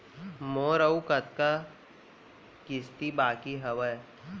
मोर अऊ कतका किसती बाकी हवय?